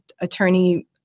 attorney